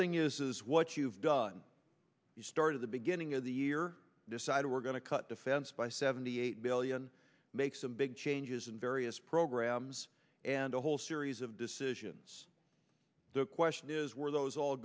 thing is what you've done the start of the beginning of the year decided we're going to cut defense by seventy eight billion make some big changes in various programs and a whole series of decisions the question is were those all